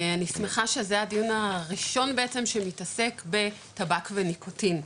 אני שמחה שזה הדיון הראשון בעצם שמתעסק בטבק וניקוטין,